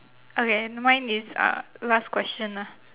okay mine is uh last question ah